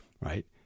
right